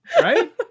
right